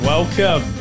Welcome